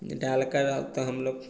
डालकर आ त हम लोग